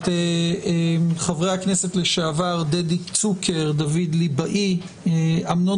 את חברי הכנסת לשעבר, דדי צוקר, דוד ליבאי, אמנון